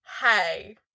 hey